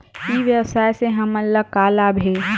ई व्यवसाय से हमन ला का लाभ हे?